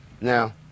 Now